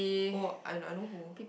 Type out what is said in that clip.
oh I I know who